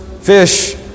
fish